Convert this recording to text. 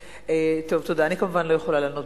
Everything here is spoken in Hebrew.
לא, ביקשתי מהלשכה, אם השרה תהיה מוכנה להשיב,